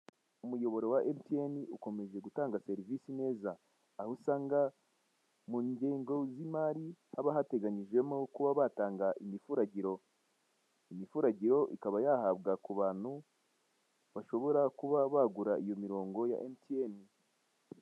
Umuyoboro wa Mtn ukomeje gutanga serivise neza, aho usanga mu ngingo z'imari haba hateganyijwemo kuba batanga imifuragiro. Imifuragiro ikaba yahabwa ku bantu bashobora kuba bagura iyo mirongo ya Mtn.